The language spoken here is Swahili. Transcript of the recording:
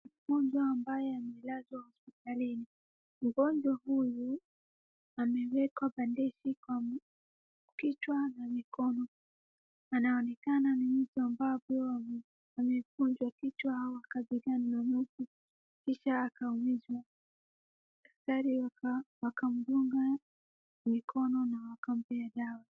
mgonjwa ambaye amelazwa hospitalini , mgonjwa huyu amewekwa bandeji kwa kichwa na mkono anaonekana ni mtu ambaye kuwa amevunjwa kichwa au akapigana na mtu kisha akaumizwa daktari akamdunga mikono na akampea dawa